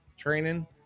training